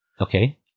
Okay